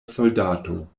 soldato